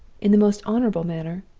in the most honorable manner,